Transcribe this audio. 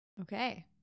Okay